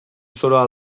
zoroa